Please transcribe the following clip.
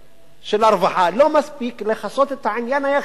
של הרווחה לא מספיק לכסות את העניין היחיד הזה,